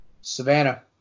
Savannah